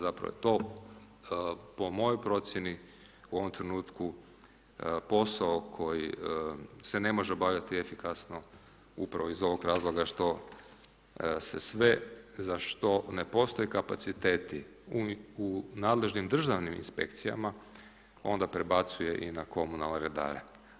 Zapravo je to po mojoj procjeni u ovom trenutku posao koji se ne može obavljati efikasno upravo iz ovog razloga što se sve za što ne postoje kapaciteti u nadležnim državnim inspekcijama onda prebacuje i na komunalne redare.